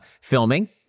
filming